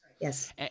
yes